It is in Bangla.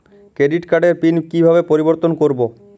ক্রেডিট কার্ডের পিন কিভাবে পরিবর্তন করবো?